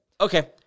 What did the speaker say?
Okay